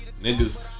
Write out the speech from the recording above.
Niggas